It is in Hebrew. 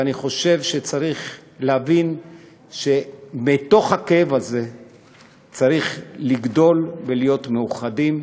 ואני חושב שצריך להבין שבתוך הכאב הזה צריך לגדול ולהיות מאוחדים,